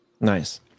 Nice